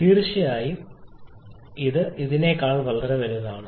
തീർച്ചയായും ഇത് ഇതിന് വളരെ വലുതാണ്